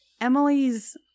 Emily's